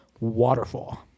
Waterfall